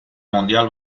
mundial